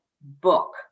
book